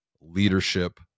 leadership